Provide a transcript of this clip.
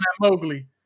Mowgli